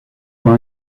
pain